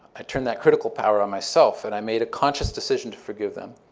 i turned that critical power on myself and i made a conscious decision to forgive them,